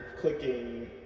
clicking